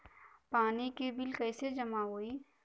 पानी के बिल कैसे जमा होयी?